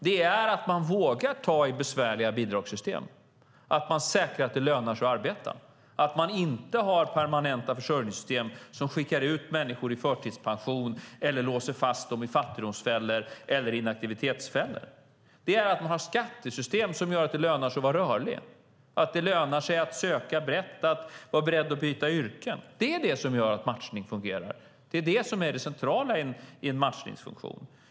Det är att man vågar ta i besvärliga bidragssystem, att man säkrar att det lönar sig att arbeta, att man inte har permanenta försörjningssystem som skickar ut människor i förtidspension eller låser fast dem i fattigdomsfällor eller inaktivitetsfällor. Det är att man har skattesystem som gör att det lönar sig att vara rörlig, att söka brett och att vara beredd att byta yrke. Det är det som gör att matchning fungerar. Det är det som är det centrala i en matchningsfunktion.